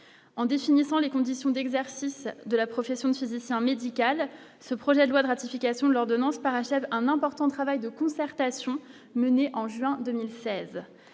en définissant les conditions d'exercice de la profession de ce soutien médical, ce projet de loi de ratification l'ordonnance parachève un important travail de concertation menée en juin 2016